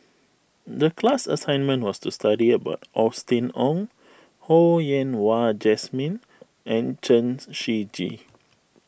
the class assignment was to study about Austen Ong Ho Yen Wah Jesmine and Chen Shiji